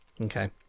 Okay